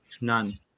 None